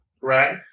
Right